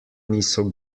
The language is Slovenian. niso